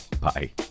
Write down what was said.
bye